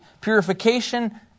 purification